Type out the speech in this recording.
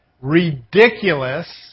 ridiculous